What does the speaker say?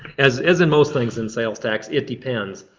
as as in most things in sales tax, it depends.